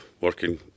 working